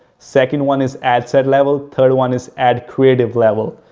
second one is ad set level. third one is ad creative level.